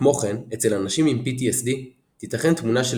כמו כן אצל אנשים עם PTSD תיתכן תמונה של